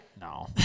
No